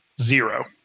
Zero